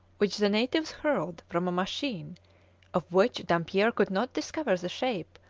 which the natives hurled from a machine of which dampier could not discover the shape,